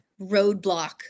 roadblock